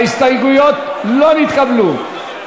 ההסתייגויות לא נתקבלו.